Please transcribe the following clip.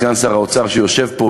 סגן שר האוצר שיושב פה,